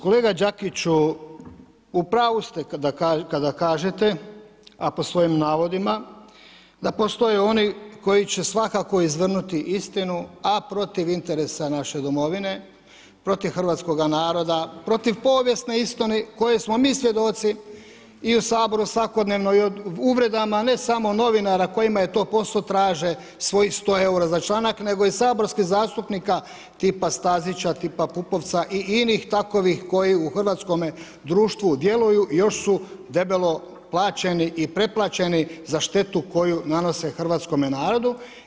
Kolega Đakiću, u pravu kada kažete a po svojim navodima, da postoje oni koji će svakako izvrnuti istinu a protiv interesa naše domovine, protiv hrvatskoga naroda, protiv povijesne istine koje smo mi svjedoci i u Saboru svakodnevno i o uvredama ne samo novinarima kojima je to posao, traže svojih 100 eura za članak, nego i saborskih zastupnika, tipa Stazića, tipa Pupovca i inih takvih koji u hrvatskom društvu djeluju i još su debelo plaćeni i preplaćeni za štetu koju nanose hrvatskome narodu.